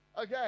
Okay